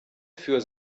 für